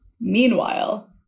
Meanwhile